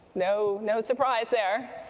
no no surprise there.